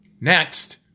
Next